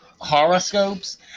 Horoscopes